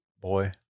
boy